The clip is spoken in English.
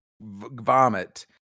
vomit